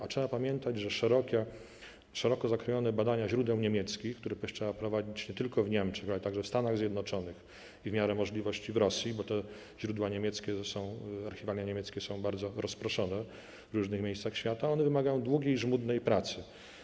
A trzeba pamiętać, że szeroko zakrojone badania źródeł niemieckich - które też trzeba prowadzić nie tylko w Niemczech, ale także w Stanach Zjednoczonych i w miarę możliwości w Rosji, bo te źródła niemieckie, archiwa niemieckie są bardzo rozproszone w różnych miejscach świata - wymagają długiej i żmudnej pracy.